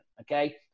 Okay